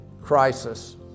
Crisis